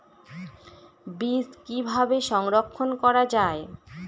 বীজ কিভাবে সংরক্ষণ করা যায়?